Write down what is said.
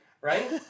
right